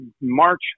March